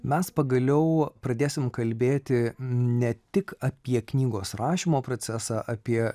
mes pagaliau pradėsim kalbėti ne tik apie knygos rašymo procesą apie